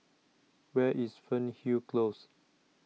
Where IS Fernhill Close